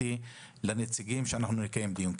הבטחתי לנציגים שנקיים דיון.